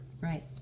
Right